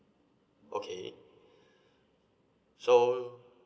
okay so